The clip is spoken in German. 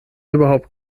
überhaupt